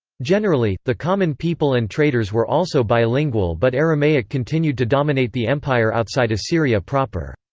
generally, the common people and traders were also bilingual but aramaic continued to dominate the empire outside assyria proper.